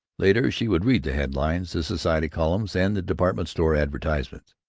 later she would read the headlines, the society columns, and the department-store advertisements.